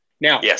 Now